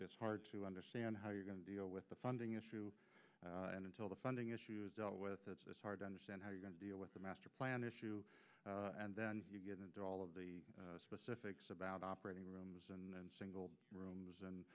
the hard to understand how you're going to deal with the funding issue and until the funding issues dealt with hard to understand how you're going to deal with the master plan issue and then you get into all of the specifics about operating rooms and single rooms and